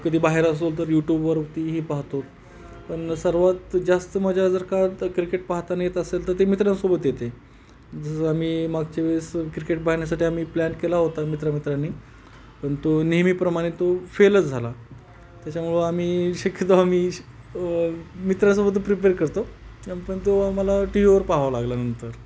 कधी बाहेर असो तर यूट्यूबवरतीही पाहतो पण सर्वात जास्त मजा जर का क्रिकेट पाहताना येत असेल तर ते मित्रांसोबत येते जसं आम्ही मागच्या वेळेस क्रिकेट पाहण्यासाठी आम्ही प्लॅन केला होता मित्र मित्रांनी पण तो नेहमीप्रमाणे तो फेलच झाला त्याच्यामुळं आम्ही शक्यतो आम्ही मित्रासोबत प्रिपेअर करतो पण तो आम्हाला टी व्हीवर पाहावा लागला नंतर